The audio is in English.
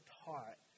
taught